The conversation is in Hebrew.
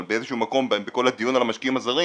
אבל באיזשהו מקום בכל הדיון על המשקיעים הזרים